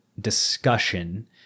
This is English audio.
discussion